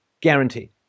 guaranteed